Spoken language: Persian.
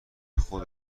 خود